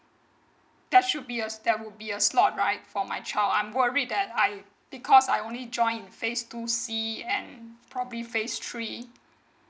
there should be a there would be a slot right for my child I'm worried that I because I only joined in phase two c and probably phase three